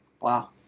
Wow